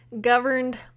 Governed